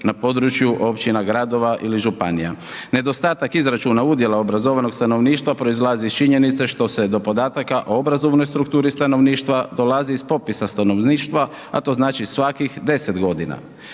na području općina, gradova ili županija. Nedostatak izračuna udjela obrazovanog stanovništva proizlazi iz činjenice što se do podataka o obrazovnoj strukturi stanovništva dolazi iz popisa stanovništva a to znači svakih 10 g.